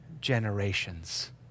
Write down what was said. generations